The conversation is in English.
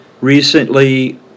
Recently